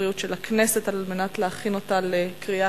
והבריאות נתקבלה.